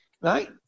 right